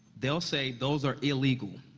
they'll say, those are illegal,